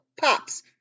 pops